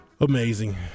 amazing